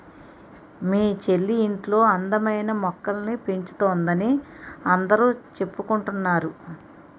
మీ చెల్లి ఇంట్లో అందమైన మొక్కల్ని పెంచుతోందని అందరూ చెప్పుకుంటున్నారు